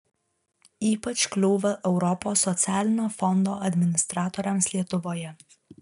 ypač kliūva europos socialinio fondo administratoriams lietuvoje